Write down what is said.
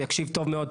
ויקשיב טוב מאוד,